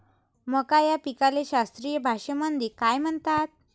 मका या पिकाले शास्त्रीय भाषेमंदी काय म्हणतात?